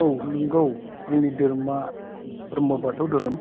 औ नोंगौ आंनि धोरोमआ ब्रह्म बाथौ धोरोम